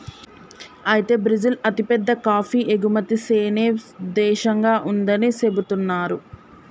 అయితే బ్రిజిల్ అతిపెద్ద కాఫీ ఎగుమతి సేనే దేశంగా ఉందని సెబుతున్నారు